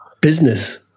business